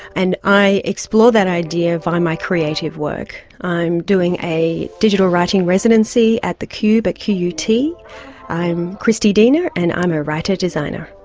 and i explore that idea via my creative work. i'm doing a digital writing residency at the cube at qut. i'm christy dena and i'm a writer designer.